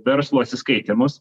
verslo atsiskaitymus